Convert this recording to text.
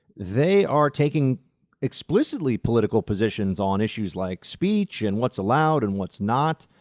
they are taking explicitly political positions on issues like speech and what's allowed and what's not.